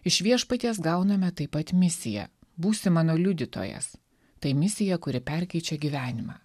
iš viešpaties gauname taip pat misiją būsi mano liudytojas tai misija kuri perkeičia gyvenimą